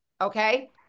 Okay